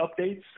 updates